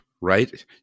right